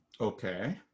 okay